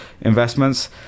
investments